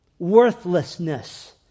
worthlessness